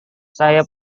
saya